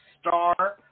star